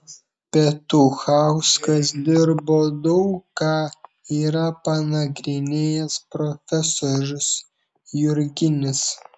petuchauskas dirbo daug ką yra panagrinėjęs profesorius jurginis